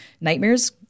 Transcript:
nightmares